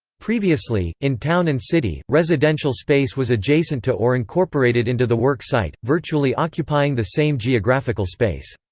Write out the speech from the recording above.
previously, in town and city, residential space was adjacent to or incorporated into the work site, virtually occupying the same geographical space.